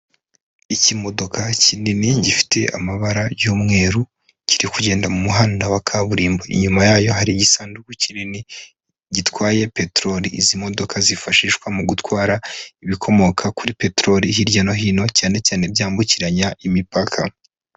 Ikimodoka kinini gifite amabara ry'umweru, kiri kugenda mu muhanda wa kaburimbo. Inyuma yayo hari igisanduku kinini gitwaye peteroli. Izi modoka zifashishwa mu gutwara ibikomoka kuri peteroli hirya no hino, cyane cyane byambukiranya imipaka.